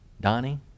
Donnie